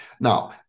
Now